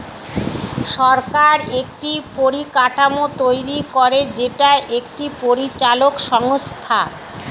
সরকার একটি পরিকাঠামো তৈরী করে যেটা একটি পরিচালক সংস্থা